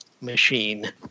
machine